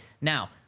Now